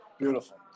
Beautiful